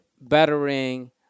bettering